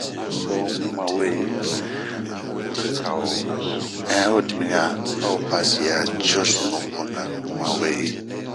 Oh bun ma weyi a o ɛnh oho dimiɲan ao basi bɛ cio nu wo na.bunh ma weyi.